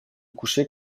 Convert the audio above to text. coucher